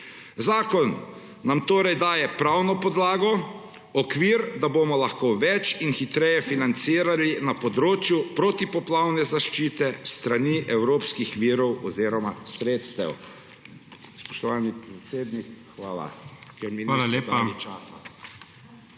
Zakon nam torej daje pravno podlago, okvir, da bomo lahko več in hitreje financirali na področju protipoplavne zaščite s strani evropskih virov oziroma sredstev.